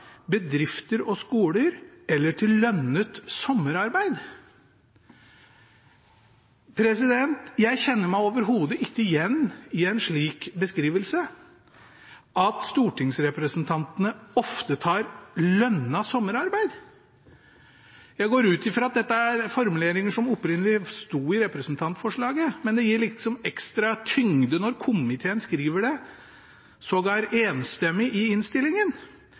bedrifter og skoler, eller til lønnet sommerarbeid.» Jeg kjenner meg overhodet ikke igjen i en slik beskrivelse av at stortingsrepresentantene ofte tar lønnet sommerarbeid. Jeg går ut fra at dette er formuleringer som opprinnelig sto i representantforslaget. Men det gir liksom ekstra tyngde når komiteen skriver det, sågar enstemmig, i innstillingen.